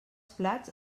plats